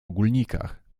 ogólnikach